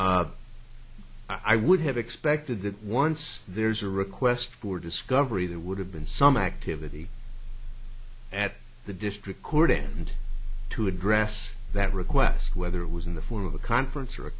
that i would have expected that once there's a request for discovery there would have been some activity at the district court him to address that request whether it was in the form of a conference or